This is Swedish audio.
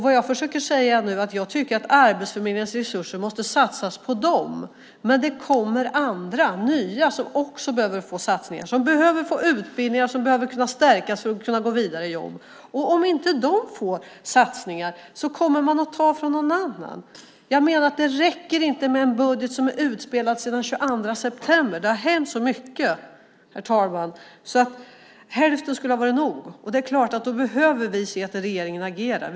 Vad jag försöker säga nu är att jag tycker att Arbetsförmedlingens resurser måste satsas på dem, men det kommer andra, nya, som också behöver få satsningar, utbildningar och som behöver kunna stärkas för att gå vidare i jobb. Om inte de får satsningar kommer man att ta från någon annan. Det räcker inte med en budget som är utspelad sedan den 22 september. Det har hänt så mycket att hälften skulle ha varit nog. Då behöver vi se att regeringen agerar.